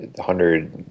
hundred